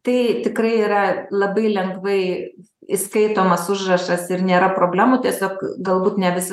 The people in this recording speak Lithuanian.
tai tikrai yra labai lengvai įskaitomas užrašas ir nėra problemų tiesiog galbūt ne vis